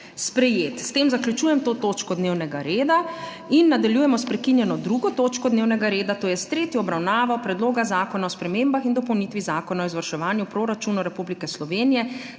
sprejet. S tem zaključujem to točko dnevnega reda. Nadaljujemo s prekinjeno 2. točko dnevnega reda – tretja obravnava Predloga zakona o spremembah in dopolnitvi Zakona o izvrševanju proračuna Republike Slovenije